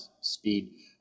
speed